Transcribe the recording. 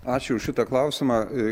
ačiū už šitą klausimą